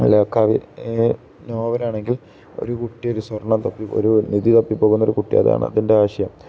നോവലാണെങ്കിൽ ഒരു കുട്ടി ഒരു സ്വർണ്ണം തപ്പി ഒരു നിധി തപ്പി പോകുന്നൊരു കുട്ടി അതാണ് അതിൻ്റെ ആശയം